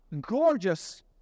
gorgeous